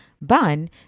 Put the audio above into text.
ban